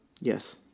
Yes